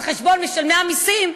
על חשבון משלם המסים,